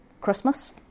Christmas